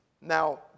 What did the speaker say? Now